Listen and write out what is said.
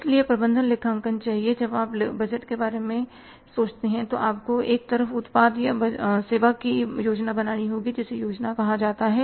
इसलिए प्रबंधन लेखांकन चाहिए जब आप बजट के बारे में सोचते हैं तो आपको एक तरफ उत्पाद या सेवा की योजना बनानी होगी जिसे योजना कहा जाता है